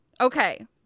Okay